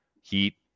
Heat